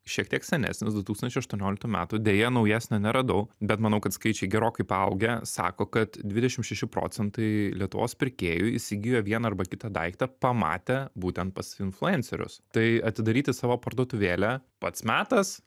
šiek tiek senesnis du tūkstančiai aštuonioliktų metų deja naujesnio neradau bet manau kad skaičiai gerokai paaugę sako kad dvidešimt šeši procentai lietuvos pirkėjų įsigijo vieną arba kitą daiktą pamatę būtent pas influencerius tai atidaryti savo parduotuvėlę pats metas